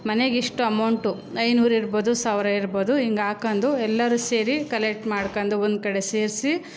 ಮನೆಗಿಷ್ಟು amount ಐನೂರು ಇರ್ಬೋದು ಸಾವಿರ ಇರ್ಬೋದು ಹಿಂಗೆ ಹಾಕೊಂಡು ಎಲ್ಲರೂ ಸೇರಿ ಕಲೆಕ್ಟ್ ಮಾಡ್ಕೊಂಡು ಒಂದ್ಕಡೆ ಸೇರಿಸಿ